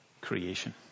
creation